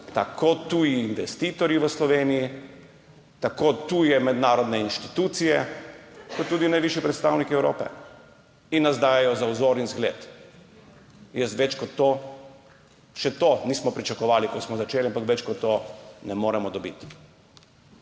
tako tuji investitorji v Sloveniji, tako tuje mednarodne institucije kot tudi najvišji predstavniki Evrope in nas dajejo za vzor in zgled. Še to nismo pričakovali, ko smo začeli, ampak več kot to ne moremo dobiti.